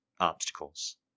obstacles